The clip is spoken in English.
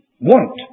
want